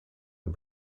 and